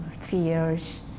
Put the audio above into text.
fears